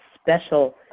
special